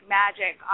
magic